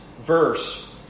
verse